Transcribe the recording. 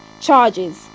charges